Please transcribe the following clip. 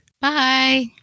Bye